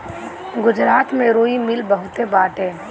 गुजरात में रुई मिल बहुते बाटे